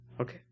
Okay